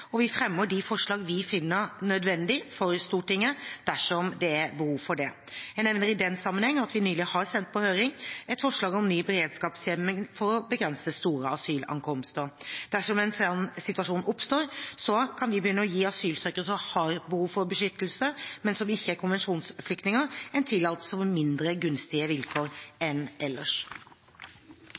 og vi fremmer de forslag vi finner nødvendig for Stortinget, dersom det er behov for det. Jeg nevner i den sammenheng at vi nylig har sendt på høring et forslag om ny beredskapshjemmel for å begrense store asylankomster. Dersom en slik situasjon oppstår, kan vi begynne å gi asylsøkere som har behov for beskyttelse, men som ikke er konvensjonsflyktninger, en tillatelse på mindre gunstige vilkår enn ellers.